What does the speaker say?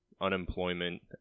unemployment